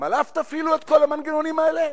גם עליו תפעילו את כל המנגנונים האלה?